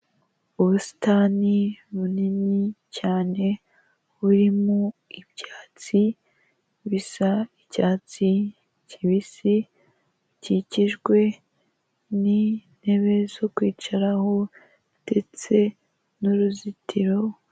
Ubusitani bunini cyane burimo ibyatsi bisa icyatsi kibisi bikikijwe n'intebe zo kwicaraho ndetse n'uruzitiro.